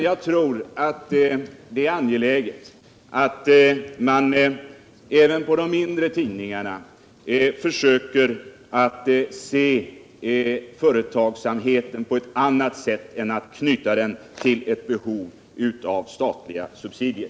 Jag tror det är angeläget att man även på de mindre tidningarna försöker se företagsamheten på ett annat sätt och inte knyta den till behovet av statliga subsidier.